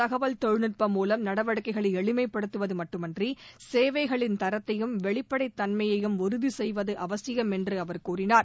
தகவல் தொழில்நுட்பம் மூலம் நடவடிக்கைகளை எளிமைப்படுத்துவது மட்டுமின்றி சேவைகளின் தரத்தையும் வெளிப்படைத் தன்மையையும் உறுதிசெய்வது அவசியம் என்று அவர் கூறினார்